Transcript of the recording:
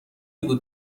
بود